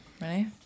Ready